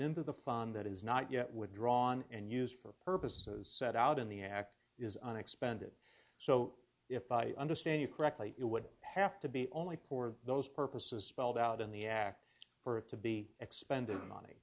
into the fund that is not yet withdrawn and used for purposes set out in the act is unexpended so if i understand you correctly it would have to be only poor of those purposes spelled out in the act for it to be expended money